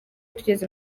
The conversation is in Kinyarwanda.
tugeze